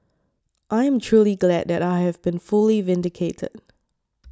I am truly glad that I have been fully vindicated